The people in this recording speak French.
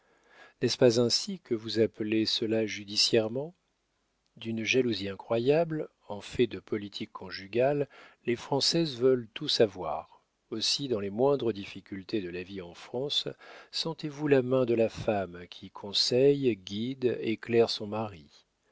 n'est-ce pas ainsi que vous appelez cela judiciairement d'une jalousie incroyable en fait de politique conjugale les françaises veulent tout savoir aussi dans les moindres difficultés de la vie en france sentez-vous la main de la femme qui conseille guide éclaire son mari